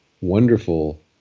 wonderful